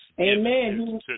Amen